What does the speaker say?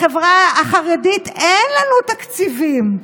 לחברה החרדית אין לנו תקציבים.